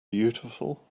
beautiful